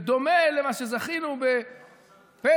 בדומה למה שזכינו בפסח: